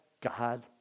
God